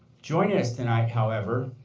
joining us tonight, however,